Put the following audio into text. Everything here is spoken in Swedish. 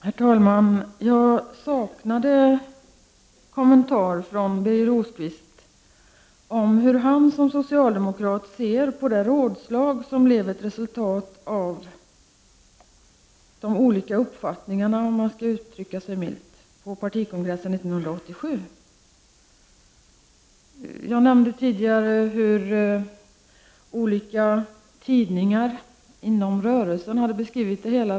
Herr talman! Jag saknade en kommentar från Birger Rosqvist om hur han som socialdemokrat ser på det rådslag som blev ett resultat av de olika upp fattningarna, om man skall uttrycka sig milt, på partikongressen 1987. Jag Prot. 1989/90:31 nämnde tidigare hur olika tidningar inom rörelsen hade beskrivit det hela.